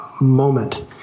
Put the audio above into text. moment